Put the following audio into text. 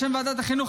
בשם ועדת החינוך,